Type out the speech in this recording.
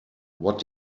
what